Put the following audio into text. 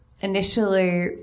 Initially